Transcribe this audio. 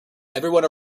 everybody